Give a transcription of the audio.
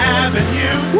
avenue